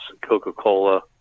Coca-Cola